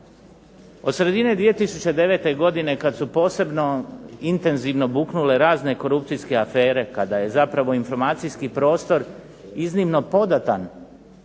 Od sredine 2009. godine kad su posebno intenzivno buknule razne korupcijske afere, kada je zapravo informacijski prostor iznimno podatan